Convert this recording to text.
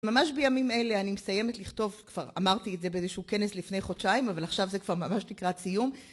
ממש בימים אלה אני מסיימת לכתוב, כבר אמרתי את זה באיזשהו כנס לפני חודשיים, אבל עכשיו זה כבר ממש לקראת סיום,